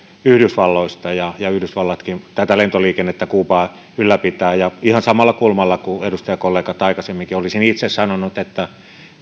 yhdysvalloista ja ja yhdysvallatkin lentoliikennettä kuubaan ylläpitää ihan samalla kulmalla kuin edustajakollegat aikaisemminkin olisin itse sanonut että